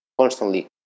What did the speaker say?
constantly